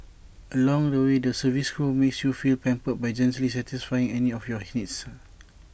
along the way the service crew makes you feel pampered by gently satisfying any of your needs